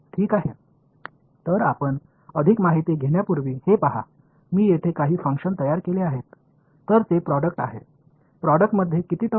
எனவே கூடுதல் விவரங்களுக்கு வருவதற்கு முன்பு இதைப் பாருங்கள் நான் இங்கே சில ஃபங்ஷன்களை உருவாக்கியுள்ளேன்